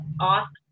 awesome